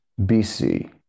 BC